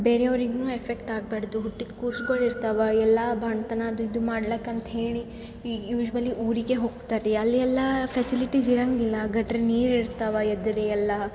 ಬೇರೆಯವ್ರಿಗು effect ಆಗಬಾಡ್ದು ಹುಟ್ಟಿದ ಕೂಸುಗಳ್ ಇರ್ತಾವ ಎಲ್ಲ ಬಾಣ್ತನ ಅದು ಇದು ಮಾಡ್ಲಾಕೆ ಅಂತ್ಹೇಳಿ ಈಗ ಯೂಸ್ಯೂವಲಿ ಊರಿಗೆ ಹೋಗ್ತಾರೆ ರೀ ಅಲ್ಲಿ ಎಲ್ಲ ಫೆಸಿಲಿಟಿಸ್ ಇರೊಂಗಿಲ್ಲ ಗಟ್ರ ನೀರು ಇರ್ತಾವೆ ಎದ್ರೆ ಎಲ್ಲ